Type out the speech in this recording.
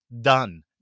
done